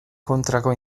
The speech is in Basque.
kontrako